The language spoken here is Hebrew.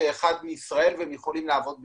אחד מישראל והם יכולים לעבוד ביחד.